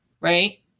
right